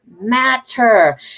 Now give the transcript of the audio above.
matter